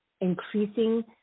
increasing